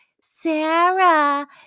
Sarah